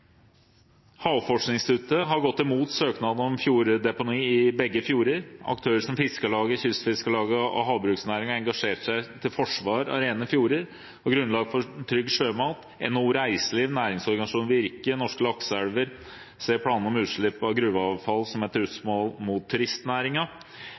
har gått imot søknaden om fjorddeponi i begge fjorder. Aktører som Fiskarlaget, Kystfiskarlaget og havbruksnæringen engasjerte seg til forsvar av rene fjorder som grunnlag for trygg sjømat, NHO Reiseliv, næringsorganisasjonen Virke og Norske Lakseelver ser planene om utslipp av gruveavfall som et trugsmål mot